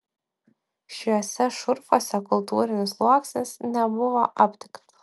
šiuose šurfuose kultūrinis sluoksnis nebuvo aptiktas